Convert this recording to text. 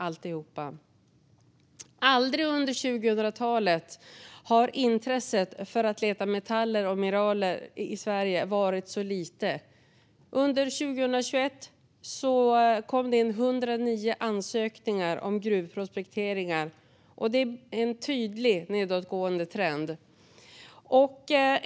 Aldrig under 2000-talet har intresset för att leta metaller och mineraler i Sverige varit så litet. Under 2021 kom det in 109 ansökningar om gruvprospekteringar, och det är en tydligt nedåtgående trend.